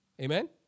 Amen